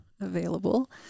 available